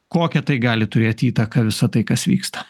kokią tai gali turėt įtaką visa tai kas vyksta